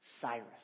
Cyrus